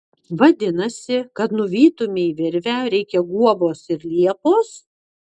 vadinasi kad nuvytumei virvę reikia guobos ir liepos